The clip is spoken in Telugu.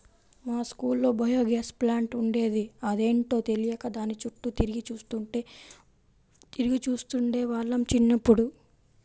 మా స్కూల్లో బయోగ్యాస్ ప్లాంట్ ఉండేది, అదేంటో తెలియక దాని చుట్టూ తిరిగి చూస్తుండే వాళ్ళం చిన్నప్పుడు